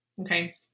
okay